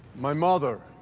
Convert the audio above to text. my mother,